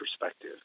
perspective